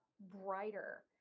brighter